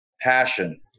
passion